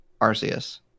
Arceus